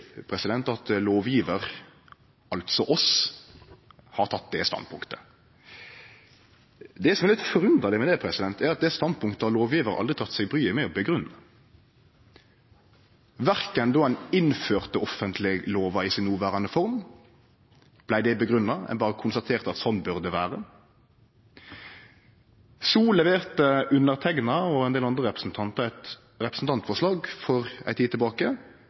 at lovgjevar, altså oss, har teke det standpunktet. Det som er litt forunderleg med det, er at det standpunktet har lovgjevar aldri teke seg bryet med å grunngje, f.eks. då ein innførte offentleglova i si noverande form – ein berre konstaterte at slik bør det vere. Så leverte underteikna og ein del andre representantar eit representantforslag for ei tid tilbake